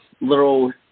little